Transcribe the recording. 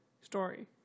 story